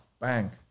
bang